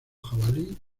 jabalí